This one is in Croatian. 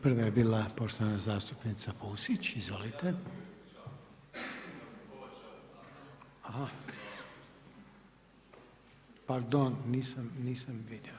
Prva je bila poštovana zastupnica Pusić, izvolite. … [[Upadica sa strane, ne razumije se.]] Pardon, nisam vidio.